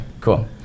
cool